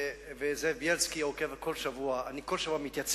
וזאב בילסקי עוקב כל שבוע שבכל שבוע אני מתייצב